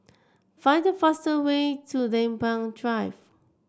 find the fastest way to Lempeng Drive